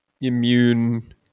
immune